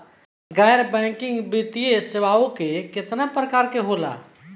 गैर बैंकिंग वित्तीय सेवाओं केतना प्रकार के होला?